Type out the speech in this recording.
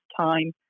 time